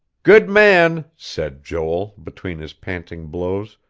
good man, said joel, between his panting blows.